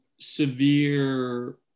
severe